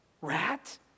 Rat